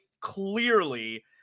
Clearly